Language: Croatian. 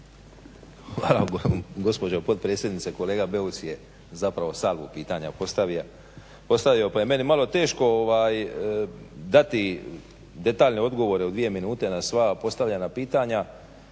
lijepa gospođo potpredsjednice. Kolega Beus je zapravo salvu pitanja postavio koja je meni malo teško dati detaljne odgovore u dvije minute na sva postavljena pitanja